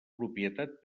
propietat